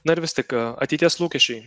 na ir vis tik ateities lūkesčiai